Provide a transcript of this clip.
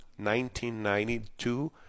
1992